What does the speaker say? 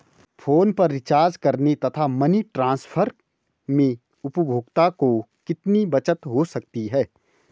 Phone पर recharge करने तथा मनी ट्रांसफर में उपभोक्ता को कितनी बचत हो सकती है?